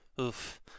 Oof